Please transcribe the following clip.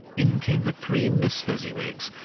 in came the three miss fezziwigs,